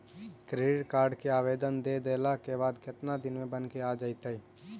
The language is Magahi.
क्रेडिट कार्ड के आवेदन दे देला के बाद केतना दिन में बनके आ जइतै?